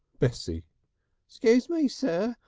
bessie scuse me, sir,